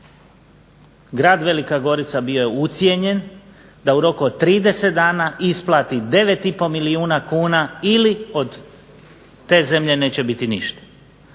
Grad Velika Gorica bio je ucijenjen da u roku od 30 dana isplati 9,5 milijuna kuna ili od te zemlje neće biti ništa.